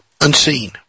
unseen